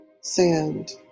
sand